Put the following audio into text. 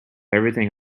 everything